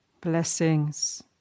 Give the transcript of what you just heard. blessings